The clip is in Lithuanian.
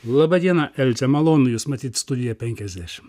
laba diena elze malonu jus matyt studija penkiasdešimt